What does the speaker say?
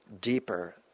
deeper